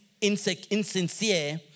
insincere